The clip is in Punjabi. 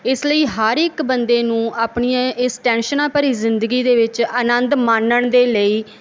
ਇਸ ਲਈ ਹਰ ਇੱਕ ਬੰਦੇ ਨੂੰ ਆਪਣੀਆਂ ਇਸ ਟੈਂਸ਼ਨਾਂ ਭਰੀ ਜ਼ਿੰਦਗੀ ਦੇ ਵਿੱਚ ਅਨੰਦ ਮਾਣਨ ਦੇ ਲਈ